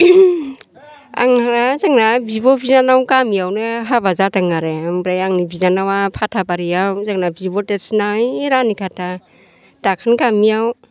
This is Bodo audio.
आङो जोंना बिब' बिनानाव गामियावनो हाबा जादों आरो ओमफ्राय आंनि बिनानावआ फाथाबारियाव जोंना बिब' देरसिना ओइ रानिखाथा दाखोन गामियाव